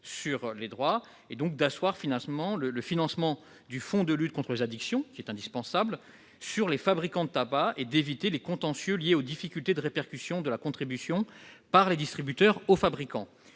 objectif est d'asseoir le financement du fonds de lutte contre les addictions, qui est indispensable, sur les fabricants de tabac et d'éviter les contentieux liés aux difficultés de répercussion de la contribution. Ce nouvel équilibre